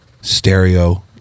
stereo